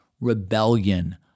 rebellion